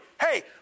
Hey